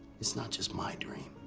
it's not just my dream.